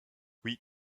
oui